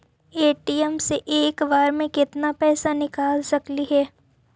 ATM से एक बार मे केत्ना पैसा निकल सकली हे?